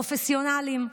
פרופסיונלים,